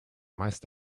meist